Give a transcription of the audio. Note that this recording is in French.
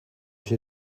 j’ai